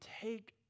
take